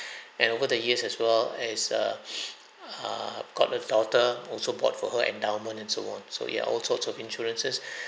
and over the years as well as err I've got a daughter also bought for her endowment and so on so we have all sorts of insurances